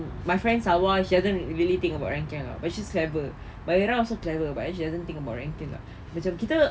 my friend sawar she hasn't really think about ranking lah but she's clever but rela also clever but she also don't think about ranking macam kita